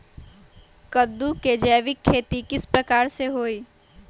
कददु के जैविक खेती किस प्रकार से होई?